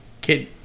Kid